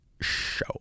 Show